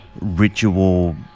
ritual